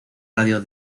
radio